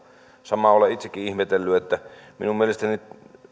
samaa olen itsekin ihmetellyt minun mielestäni